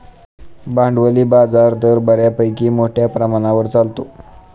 भांडवली बाजार तर बऱ्यापैकी मोठ्या प्रमाणावर चालतो